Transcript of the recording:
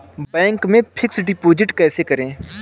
Bank में fix deposit कैसे करें?